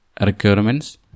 requirements